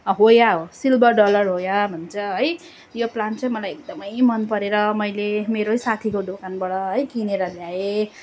हो वा हो सिल्भर डलर हो वा भन्छ है यो प्लान्ट चाहिँ मलाई एकदमै मन परेर मैले मेरै साथीको दोकानबाट है किनेर ल्याएँ